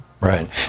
Right